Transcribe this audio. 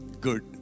good